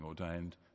ordained